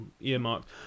earmarked